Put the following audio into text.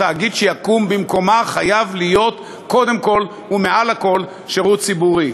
התאגיד שיקום במקומה חייב להיות קודם כול ומעל הכול שירות ציבורי.